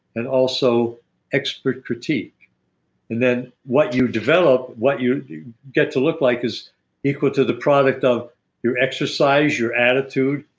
and also expert critique and then what you develop, what you get to look like is equal to the product of your exercise, your attitude,